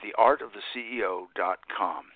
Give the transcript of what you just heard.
theartoftheceo.com